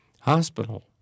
hospital